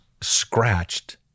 scratched